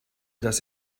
dass